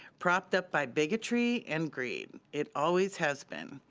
propped up by bigotry and greed. it always has been.